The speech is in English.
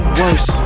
worse